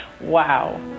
wow